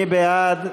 מי בעד?